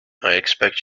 expect